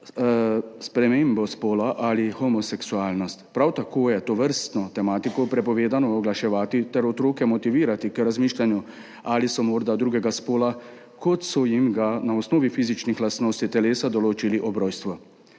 spremembo spola ali homoseksualnost. Prav tako je tovrstno tematiko prepovedano oglaševati ter otroke motivirati k razmišljanju, ali so morda drugega spola, kot so jim ga na osnovi fizičnih lastnosti telesa določili ob rojstvu.